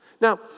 Now